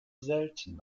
selten